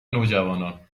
نوجوانان